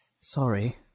Sorry